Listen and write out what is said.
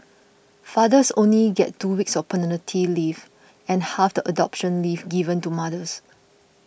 fathers only get two weeks of paternity leave and half the adoption leave given to mothers